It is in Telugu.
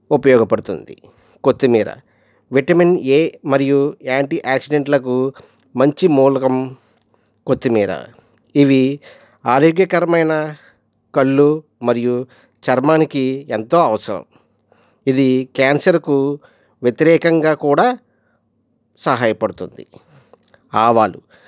ఉపయోగపడుతుంది కొత్తిమీర విటమిన్ ఏ మరియు యాంటీఆక్సిడెంట్లకు మంచి మూలకం కొత్తిమీర ఇవి ఆరోగ్యకరమైన కళ్ళు మరియు చర్మానికి ఎంతో అవసరం ఇది క్యాన్సర్కు వ్యతిరేకంగా కూడా సహాయపడుతుంది ఆవాలు